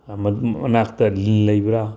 ꯃꯅꯥꯛꯇ ꯂꯤꯜ ꯂꯩꯕ꯭ꯔ